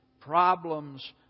problems